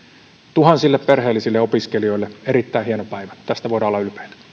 tuhansille perheellisille opiskelijoille erittäin hieno päivä tästä voidaan olla